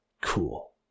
Cool